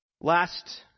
Last